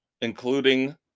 including